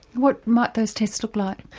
what might those tests look like?